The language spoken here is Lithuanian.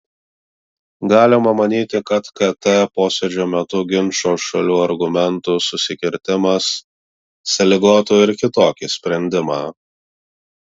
galima manyti kad kt posėdžio metu ginčo šalių argumentų susikirtimas sąlygotų ir kitokį sprendimą